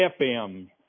FM